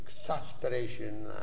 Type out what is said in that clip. exasperation